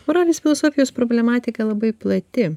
moralės filosofijos problematika labai plati